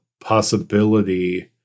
possibility